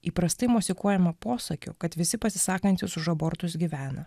įprastai mosikuojama posakiu kad visi pasisakantys už abortus gyvena